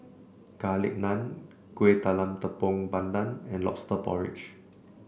Garlic Naan Kuih Talam Tepong Pandan and lobster porridge